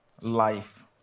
life